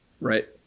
Right